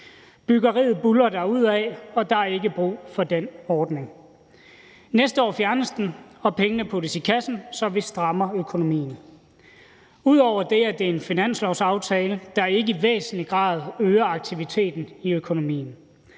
Byggeriet buldrer derudad, og der er ikke brug for den ordning. Næste år fjernes den, og pengene puttes i kassen, så vi strammer økonomien. Ud over det er det en finanslovsaftale, der ikke i væsentlig grad øger aktiviteten i økonomien,